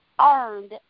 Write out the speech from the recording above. earned